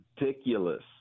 ridiculous